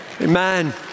Amen